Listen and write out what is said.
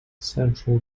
central